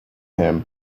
him